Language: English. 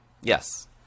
Yes